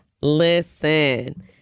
Listen